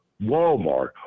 Walmart